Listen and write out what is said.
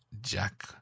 Jack